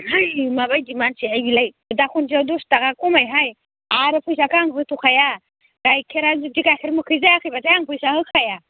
है माबायदि मानसिहाय बिलाय दा खनसेयाव दस थाखा खमायहाय आरो फैसाखो आंबो होथ'खाया गाइखेरा जुदि गाइखेर मोखै जायाखैब्लाथाय आं फैसा होखाया